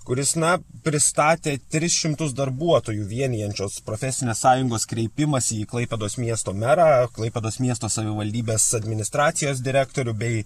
kuris na pristatė tris šimtus darbuotojų vienijančios profesinės sąjungos kreipimąsi į klaipėdos miesto merą klaipėdos miesto savivaldybės administracijos direktorių bei